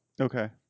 okay